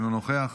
אינו נוכח.